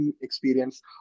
experience